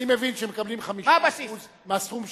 אני מבין שמקבלים 5% מהסכום שגובים.